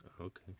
Okay